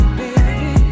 baby